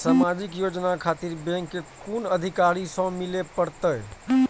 समाजिक योजना खातिर बैंक के कुन अधिकारी स मिले परतें?